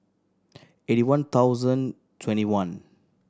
eighty one thousand twenty one